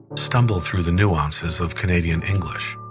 stumbled through the nuances of canadian english.